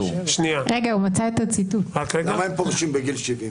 למה הם פורשים בגיל 70?